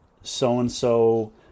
so-and-so